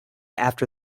after